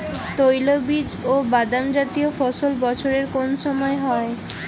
তৈলবীজ ও বাদামজাতীয় ফসল বছরের কোন সময় হয়?